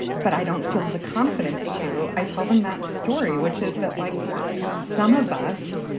but i don't feel the confidence to i tell him that story, which is that like some of us,